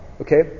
Okay